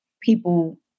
people